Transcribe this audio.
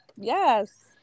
Yes